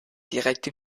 direkte